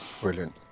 Brilliant